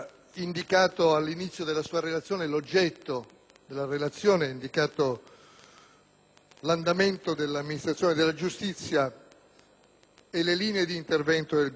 l'andamento dell'amministrazione della giustizia e le linee d'intervento del Governo. Devo dirle che ho fatto una certa fatica a trovare